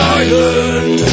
island